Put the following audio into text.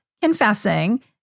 confessing